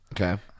Okay